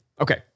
Okay